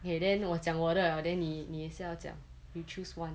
okay then 我讲我的了 then 你你也是要讲 you choose one